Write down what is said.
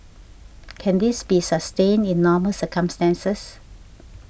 can this be sustained in normal circumstances